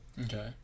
Okay